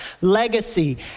legacy